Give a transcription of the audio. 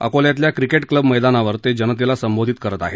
अकोल्यातील cricket club मैदानावर ते जनतेला संबोधित करत आहेत